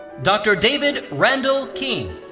dr. david randall king.